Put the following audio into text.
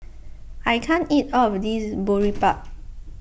I can't eat all of this Boribap